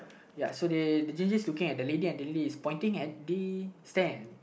ya so the the ginger is looking at the lady and the lady is pointing at the stand